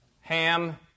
Ham